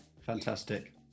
fantastic